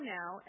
now